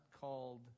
called